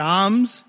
arms